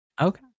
Okay